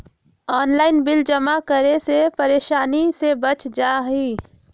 Online bill जमा करे से परेशानी से बच जाहई?